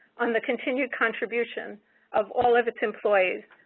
on the continued contributions of all of its employees,